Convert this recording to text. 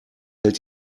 hält